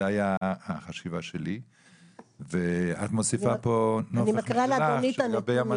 זה היה החשיבה שלי ואת מוסיפה פה נופך --- לגבי המזגן,